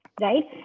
right